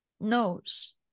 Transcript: knows